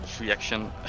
reaction